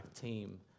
team